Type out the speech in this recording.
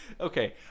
Okay